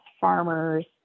farmers